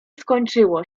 skończyło